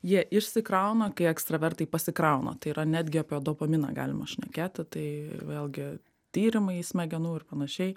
jie išsikrauna kai ekstravertai pasikrauna tai yra netgi apie dopaminą galima šnekėti tai vėlgi tyrimai smegenų ir panašiai